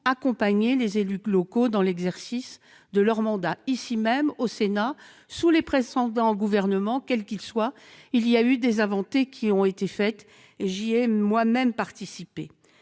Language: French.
accompagner les élus locaux dans l'exercice de leur mandat ; ici même, au Sénat, sous les précédents gouvernements, quels qu'ils soient, il y a eu des avancées ; j'y ai moi-même participé.